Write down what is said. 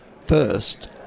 First